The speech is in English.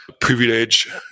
privilege